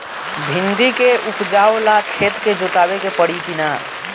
भिंदी के उपजाव ला खेत के जोतावे के परी कि ना?